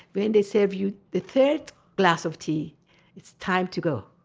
when they serve you the third glass of tea it's time to go.